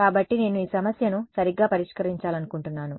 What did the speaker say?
కాబట్టి నేను ఈ సమస్యను సరిగ్గా పరిష్కరించాలనుకుంటున్నాను